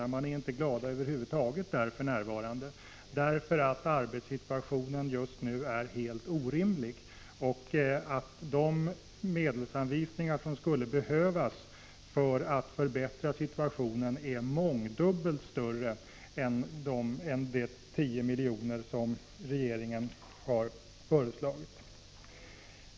Man är för närvarande inte glad över huvud taget, därför att arbetssituationen på de tekniska högskolorna just nu är helt orimlig. De medelsanvisningar som skulle behövas för att förbättra läget är mångdubbelt större än de 10 miljoner som regeringen har föreslagit.